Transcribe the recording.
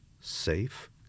safe